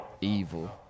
Evil